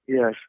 Yes